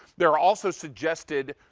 there are also suggested